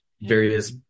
various